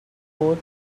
coat